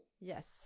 Yes